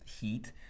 heat